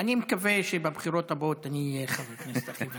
אני מקווה שבבחירות הבאות אני אהיה חבר הכנסת הכי ותיק,